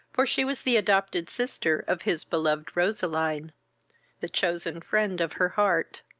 for she was the adopted sister of his beloved roseline the chosen friend of her heart.